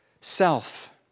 self